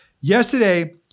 Yesterday